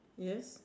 yes